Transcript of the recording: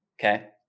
Okay